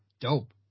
Dope